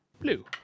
Blue